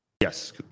yes